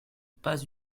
pas